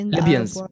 Libyans